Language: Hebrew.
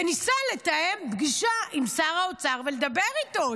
וניסה לתאם פגישה עם שר האוצר ולדבר איתו,